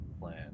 plan